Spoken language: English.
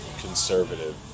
conservative